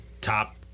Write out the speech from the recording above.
top